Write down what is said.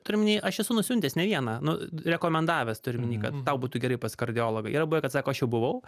turiu omeny aš esu nusiuntęs ne vieną nu rekomendavęs turiu omeny kad tau būtų gerai pas kardiologą yra buvę kad sako aš jau buvau